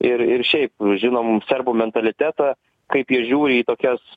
ir ir šiaip žinom serbų mentalitetą kaip jie žiūri į tokias